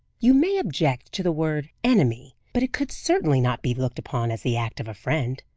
you may object to the word enemy, but it could certainly not be looked upon as the act of a friend.